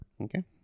Okay